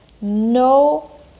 no